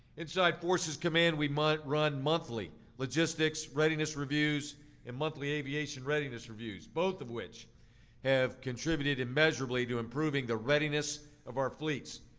inside forces command, we might run monthly logistics, readiness reviews and monthly aviation readiness reviews, both of which contributed immeasurably to improving the readiness of our fleets.